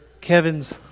Kevin's